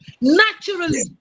Naturally